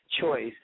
choice